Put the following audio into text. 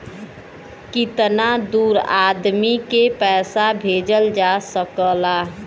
कितना दूर आदमी के पैसा भेजल जा सकला?